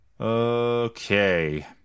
Okay